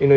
you know